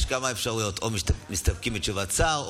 יש כמה אפשרויות: או שמסתפקים בתשובת השר,